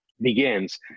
begins